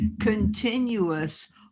continuous